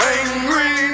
angry